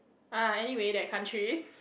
ah anyway that country